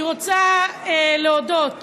אני רוצה להודות